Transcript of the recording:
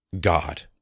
God